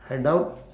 I doubt